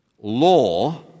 law